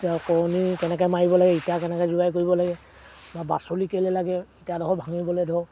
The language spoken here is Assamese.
এতিয়া কৰণী কেনেকৈ মাৰিব লাগে ইটা কেনেকৈ জোৰাই কৰিব লাগে বা বাচলি কেলৈ লাগে ইটাডোখৰ ভাঙিবলৈ ধৰক